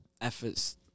efforts